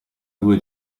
due